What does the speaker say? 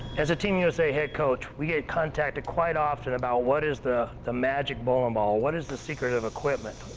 as a team usa head coach we get contacted quite often about what is the the magic bowling and ball, what is the secret of equipment?